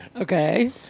Okay